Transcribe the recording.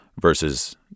Versus